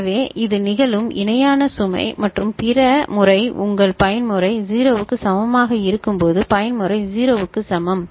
எனவே இது நிகழும் இணையான சுமை மற்றும் பிற முறை உங்கள் பயன்முறை 0 க்கு சமமாக இருக்கும்போது பயன்முறை 0க்கு சமம்